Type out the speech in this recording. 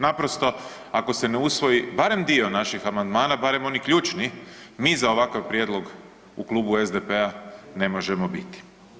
Naprosto ako se ne usvoji barem dio naših amandmana, barem onih ključnih mi za ovakav prijedlog u Klubu SDP-a ne možemo biti.